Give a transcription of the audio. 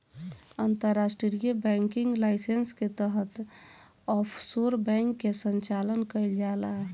अंतर्राष्ट्रीय banking licence के तहत ऑफशोर बैंक के संचालन कईल जाला